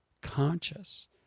conscious